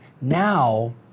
now